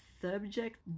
subject